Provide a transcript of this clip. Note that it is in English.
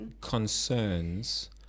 concerns